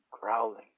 growling